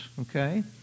okay